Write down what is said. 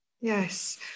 Yes